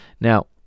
Now